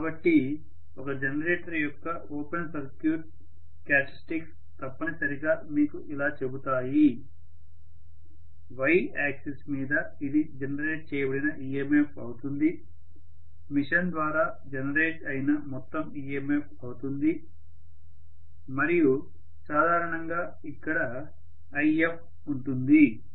కాబట్టి ఒక జనరేటర్ యొక్క ఓపెన్ సర్క్యూట్ క్యారెక్టర్స్టిక్స్ తప్పనిసరిగా మీకు ఇలా చెబుతాయి Y యాక్సిస్ మీద ఇది జనరేట్ చేయబడిన EMF అవుతుంది మెషిన్ ద్వారా జనరేట్ అయిన మొత్తం EMF అవుతుంది మరియు సాధారణంగా ఇక్కడ Ifఉంటుంది